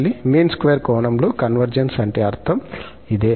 mean square కోణంలో convergence అంటే అర్థం ఇదే